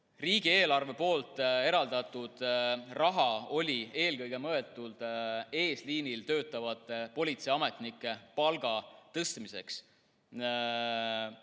Riigieelarvest eraldatud raha oli eelkõige mõeldud eesliinil töötavate politseiametnike palga tõstmiseks.